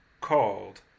called